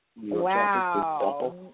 Wow